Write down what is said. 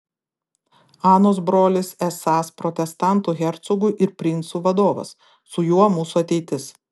anos brolis esąs protestantų hercogų ir princų vadovas su juo mūsų ateitis